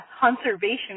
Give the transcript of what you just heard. Conservation